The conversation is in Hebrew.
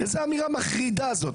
איזו אמירה מחרידה זו?